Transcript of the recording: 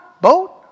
Boat